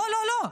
לא, לא, לא.